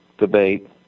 Debate